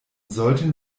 sollten